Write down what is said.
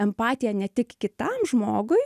empatiją ne tik kitam žmogui